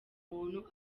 umuntu